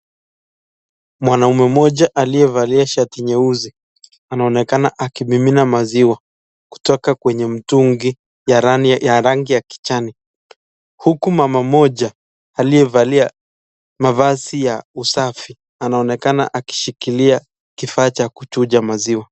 Mwanamume mmoja aliyevalia shati nyeusi anaonekana akimimina maziwa kutoka kwenye mtungi ya ya rangi ya kijani. Huku mama mmoja aliyevalia mavazi ya usafi anaonekana akishikilia kifaa cha kuchuja maziwa.